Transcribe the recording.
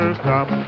stop